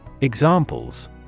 Examples